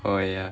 oh ya